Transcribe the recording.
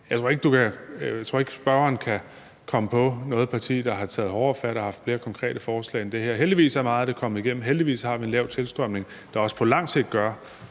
Jeg tror ikke, at spørgeren kan komme på noget parti, der har taget hårdere fat, og som har lavet flere konkrete forslag. Heldigvis er meget af det kommet igennem. Heldigvis har vi en lav tilstrømning, der også på lang sigt gør,